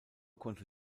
konnte